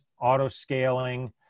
auto-scaling